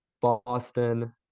boston